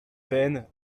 veines